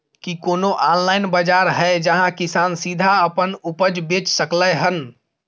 की कोनो ऑनलाइन बाजार हय जहां किसान सीधा अपन उपज बेच सकलय हन?